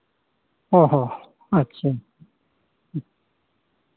ᱚ ᱦᱚᱸ ᱟᱪᱪᱷᱟ ᱦᱮᱸ